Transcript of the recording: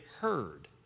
heard